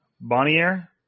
Bonnier